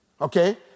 Okay